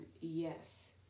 yes